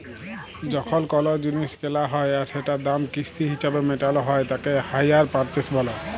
যখল কল জিলিস কেলা হ্যয় আর সেটার দাম কিস্তি হিছাবে মেটাল হ্য়য় তাকে হাইয়ার পারচেস ব্যলে